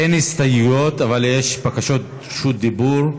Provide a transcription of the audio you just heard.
אין הסתייגויות אבל יש בקשות דיבור.